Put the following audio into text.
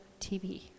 TV